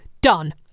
Done